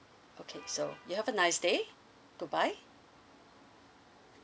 okay so you have a nice day goodbye